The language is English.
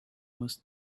was